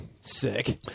Sick